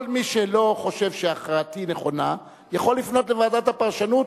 כל מי שלא חושב שהכרעתי נכונה יכול לפנות לוועדת הפרשנות.